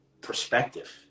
perspective